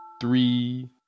three